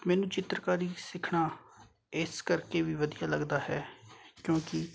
ਮੈਨੂੰ ਚਿੱਤਰਕਾਰੀ ਸਿੱਖਣਾ ਇਸ ਕਰਕੇ ਵੀ ਵਧੀਆ ਲੱਗਦਾ ਹੈ ਕਿਉਂਕਿ